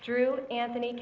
drew anthony